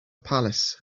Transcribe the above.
palace